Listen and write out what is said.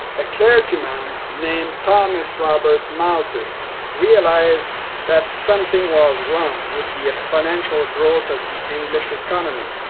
a clergyman named thomas robert malthus realized that something was wrong with the exponential growth of the english economy.